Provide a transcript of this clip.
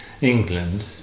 England